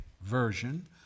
version